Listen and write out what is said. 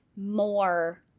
more